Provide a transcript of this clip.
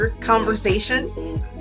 conversation